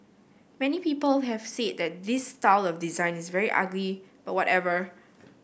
many people have said that this style of design is very ugly but whatever